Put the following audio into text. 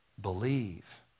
Believe